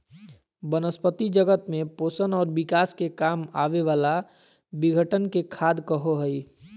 वनस्पती जगत में पोषण और विकास के काम आवे वाला विघटन के खाद कहो हइ